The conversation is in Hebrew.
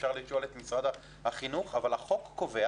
אפשר לשאול את משרד החינוך אבל החוק קובע